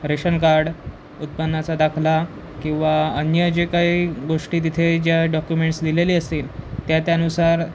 ration card उत्पन्नाचा दाखला किंवा अन्य जे काही गोष्टी तिथे ज्या डॉक्युमेंट्स दिलेली असतील त्या त्यानुसार